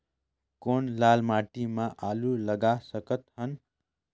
कौन लाल माटी म आलू लगा सकत हन?